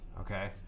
okay